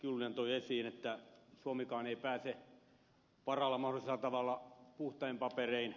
kiljunen toi esiin että suomikaan ei pääse parhaalla mahdollisella tavalla puhtain paperein